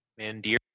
Mandir